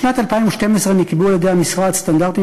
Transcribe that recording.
משנת 2012 נקבעו על-ידי המשרד סטנדרטים